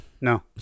No